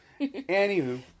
Anywho